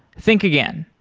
think again.